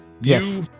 yes